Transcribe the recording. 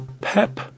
pep